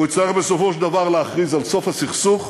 הוא יצטרך בסופו של דבר להכריז על סוף הסכסוך,